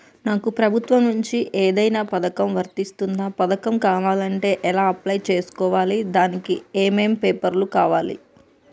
నాకు ప్రభుత్వం నుంచి ఏదైనా పథకం వర్తిస్తుందా? పథకం కావాలంటే ఎలా అప్లై చేసుకోవాలి? దానికి ఏమేం పేపర్లు కావాలి?